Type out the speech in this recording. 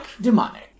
Demonic